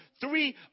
three